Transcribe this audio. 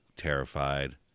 terrified